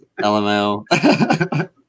LML